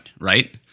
right